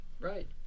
right